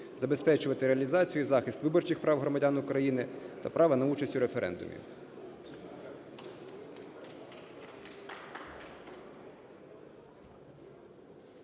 забезпечувати реалізацію і захист виборчих прав громадян України та права на участь у референдумі.